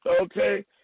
Okay